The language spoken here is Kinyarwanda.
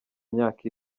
myaka